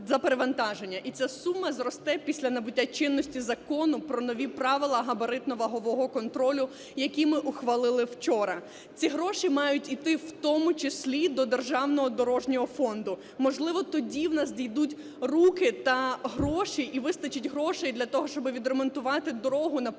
І ця сума зросте після набуття чинності Законом про нові правила габаритно-вагового контролю, який ми ухвалили вчора. Ці гроші мають іти в тому числі до Державного дорожнього фонду. Можливо, тоді в нас дійдуть руки та гроші і вистачить грошей для того, щоби відремонтувати дорогу,